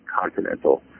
continental